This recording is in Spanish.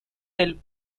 del